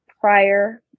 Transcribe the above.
prior